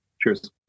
cheers